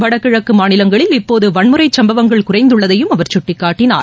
வடகிழக்கு மாநிலங்களில் இப்போது வன்முறை சம்பவங்கள் குறைந்துள்ளதையும் அவர் சுட்டிக்காட்டினார்